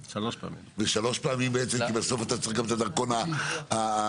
כי בסוף אתה צריך את הדרכון הקבוע.